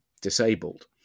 disabled